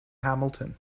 hamilton